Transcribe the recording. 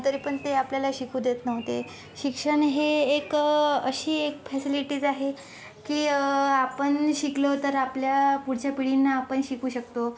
तरी पण ते आपल्याला शिकू देत नव्हते शिक्षण हे एक अशी एक फॅसिलिटीज आहे की आपण शिकलो तर आपल्या पुढच्या पिढींना आपण शिकवू शकतो